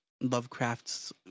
Lovecraft's